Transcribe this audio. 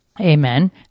Amen